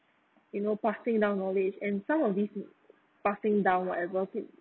you know passing down knowledge and some of these passing down whatever since